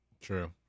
True